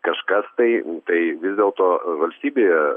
kažkas tai tai vis dėlto valstybėje